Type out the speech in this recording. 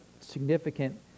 significant